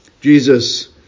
Jesus